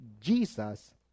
Jesus